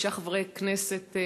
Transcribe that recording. שישה חברי הכנסת,